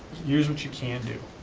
here's what you can do.